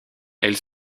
elle